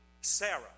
Sarah